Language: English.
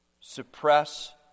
suppress